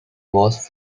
was